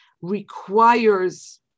requires